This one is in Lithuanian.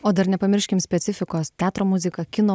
o dar nepamirškim specifikos teatro muzika kino